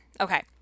Okay